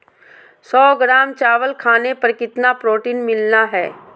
सौ ग्राम चावल खाने पर कितना प्रोटीन मिलना हैय?